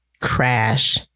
crash